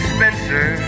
Spencer